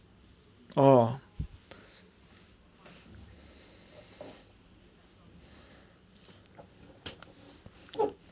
orh